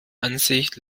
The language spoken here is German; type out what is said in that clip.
ansicht